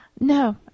No